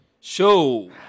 Show